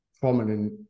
prominent